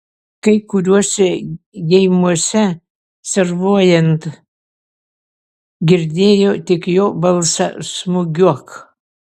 kai kuriuose geimuose servuojant girdėjo tik jo balsą smūgiuok